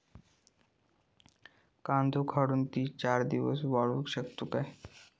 कांदो काढुन ती चार दिवस वाळऊ शकतव काय?